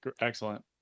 Excellent